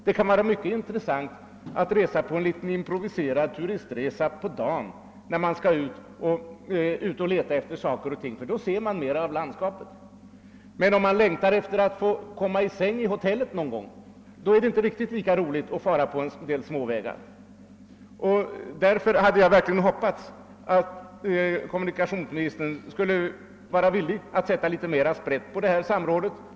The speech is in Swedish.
Det kan vara mycket intressant att resa på en improviserad turistresa på dagen medan man letar efter en plats; då ser man ju mera av landskapet. Men om man längtar efter att någon gång få komma till sängs på hotellet är det inte riktigt lika roligt att fara omkring på småvägar. Jag hade verkligen hoppats att kommunikationsministern skulle vara villig att sätta litet mer sprätt på det här samrådet.